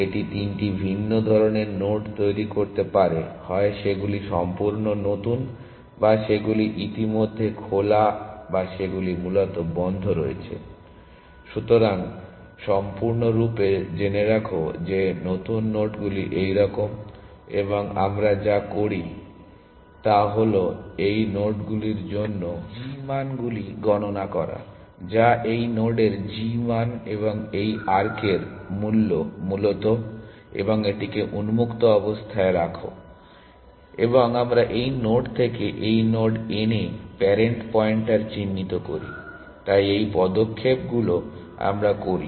এটি তিনটি ভিন্ন ধরণের নোড তৈরি করতে পারে হয় সেগুলি সম্পূর্ণ নতুন বা সেগুলি ইতিমধ্যেই খোলা আছে বা সেগুলি মূলত বন্ধ রয়েছে । সুতরাং সম্পূর্ণরূপে জেনে রাখো যে নতুন নোডগুলি এইরকম এবং আমরা যা করি তা হল এই নোডগুলির জন্য g মানগুলি গণনা করা যা এই নোডের g মান এবং এই আর্কের মূল্য মূলত এবং এটিকে উন্মুক্ত অবস্থায় রাখা এবং আমরা এই নোড থেকে এই নোড n এ প্যারেন্ট পয়েন্টার চিহ্নিত করি তাই এই পদক্ষেপগুলো আমরা করি